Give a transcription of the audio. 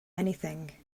anything